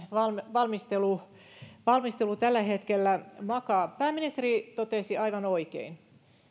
valmistelu valmistelu tällä hetkellä makaa pääministeri totesi aivan oikein